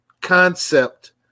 concept